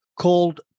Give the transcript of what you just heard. called